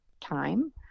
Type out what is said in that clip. time